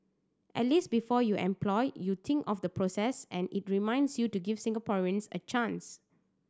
at least before you employ you think of the process and it reminds you to give Singaporeans a chance